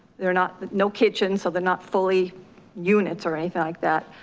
they're not, no kitchen so they're not fully units or anything like that.